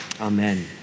Amen